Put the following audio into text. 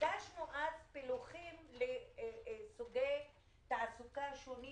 ביקשנו אז פילוחים לפי סוגי תעסוקה שונים